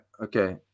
Okay